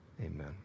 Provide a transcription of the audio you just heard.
amen